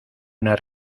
una